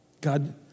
God